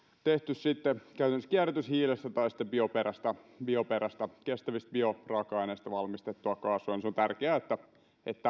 tehty käytännössä kierrätyshiilestä tai sitten bioperäistä bioperäistä kestävistä bioraaka aineista valmistettua kaasua on tärkeää että että